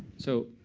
so